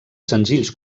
senzills